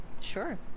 sure